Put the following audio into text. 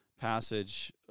passage